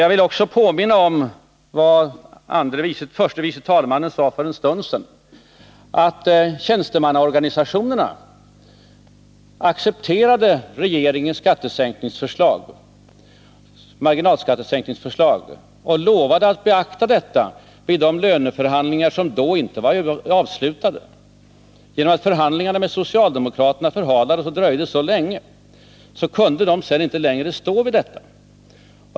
Jag vill också påminna om vad förste vice talmannen sade för en stund sedan, nämligen att tjänstemannaorganisationerna accepterade regeringens marginalskattesänkningsförslag och lovade att beakta detta vid de löneförhandlingar som då inte var avslutade. Genom att förhandlingarna med socialdemokraterna förhalades och dröjde så länge kunde organisationerna sedan inte längre stå fast vid detta.